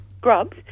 grubs